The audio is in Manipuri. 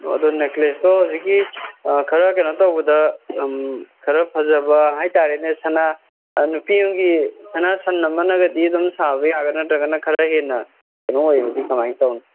ꯑꯣ ꯑꯗꯨ ꯅꯦꯀ꯭ꯂꯦꯁꯇꯣ ꯍꯧꯖꯤꯛꯀꯤ ꯈꯔ ꯀꯩꯅꯣ ꯇꯧꯕꯗ ꯈꯔ ꯐꯖꯕ ꯍꯥꯏ ꯇꯥꯔꯦꯅꯦ ꯁꯅꯥ ꯅꯨꯄꯤ ꯑꯃꯒꯤ ꯁꯅꯥ ꯁꯟ ꯑꯃꯅꯒꯗꯤ ꯑꯗꯨꯝ ꯁꯥꯕ ꯌꯥꯒꯗ꯭ꯔꯥ ꯅꯠꯇ꯭ꯔꯒꯅ ꯈꯔ ꯍꯦꯟꯅ ꯀꯩꯅꯣ ꯑꯣꯏꯕꯗꯤ ꯀꯃꯥꯏ ꯇꯧꯅꯤ